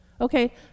Okay